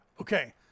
Okay